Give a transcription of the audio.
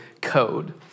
code